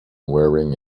wearing